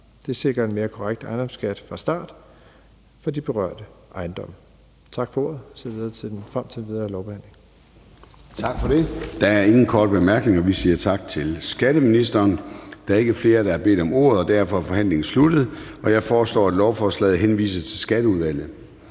Det sikrer en mere korrekt ejendomsskat fra start for de berørte ejendommen. Tak for ordet. Jeg ser frem til den videre lovbehandling. Kl. 00:02 Formanden (Søren Gade): Tak for det. Der er ingen korte bemærkninger. Vi siger tak til skatteministeren. Der er ikke flere, der har bedt om ordet, og derfor er forhandlingen sluttet. Jeg foreslår, at lovforslaget henvises til Skatteudvalget.